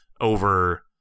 over